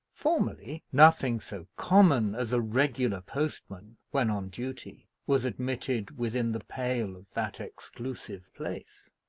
formerly, nothing so common as a regular postman, when on duty, was admitted within the pale of that exclusive place.